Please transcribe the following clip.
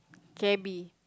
cabby